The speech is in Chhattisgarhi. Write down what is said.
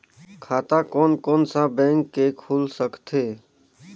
खाता कोन कोन सा बैंक के खुल सकथे?